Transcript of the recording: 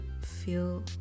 feel